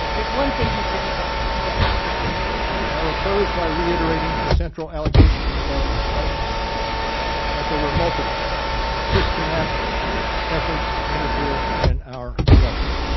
there's one thing he didn't want to get lost and i will close by reiterating the central allegation of our indictments that there were multiple systematic efforts to interfere in our election.